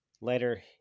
later